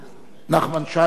נחמן שי.